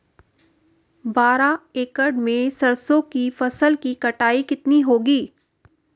बारह एकड़ में सरसों की फसल की कटाई कितनी होगी?